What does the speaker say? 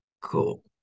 Cool